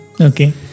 Okay